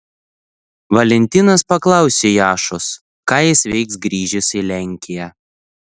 valentinas paklausė jašos ką jis veiks grįžęs į lenkiją